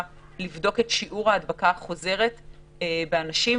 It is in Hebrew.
לבדוק את שיעור ההדבקה החוזרת באנשים,